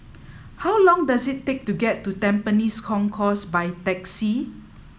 how long does it take to get to Tampines Concourse by taxi